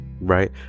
right